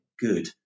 good